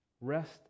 rest